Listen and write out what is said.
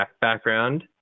background